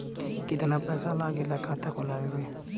कितना पैसा लागेला खाता खोलवावे में?